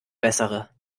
bessere